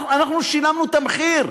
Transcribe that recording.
אנחנו שילמנו את המחיר,